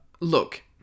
Look